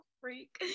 freak